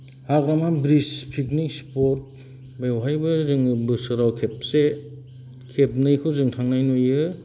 हाग्रामा bridge picnic spot बेवहायबो जोङो बोसोराव खेबसे खेबनैखौ जों थांनाय नुयो